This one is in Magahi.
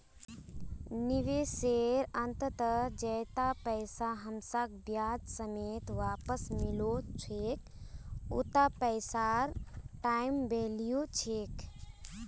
निवेशेर अंतत जैता पैसा हमसाक ब्याज समेत वापस मिलो छेक उता पैसार टाइम वैल्यू ह छेक